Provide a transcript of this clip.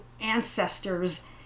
ancestors